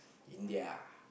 India